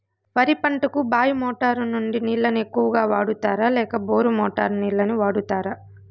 వరి పంటకు బాయి మోటారు నుండి నీళ్ళని ఎక్కువగా వాడుతారా లేక బోరు మోటారు నీళ్ళని వాడుతారా?